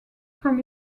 from